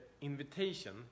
invitation